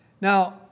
Now